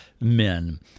men